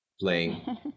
playing